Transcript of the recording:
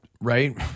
Right